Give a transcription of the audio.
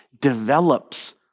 develops